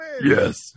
Yes